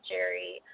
Jerry